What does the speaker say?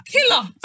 Killer